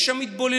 יש שם התבוללות,